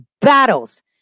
battles